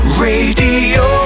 radio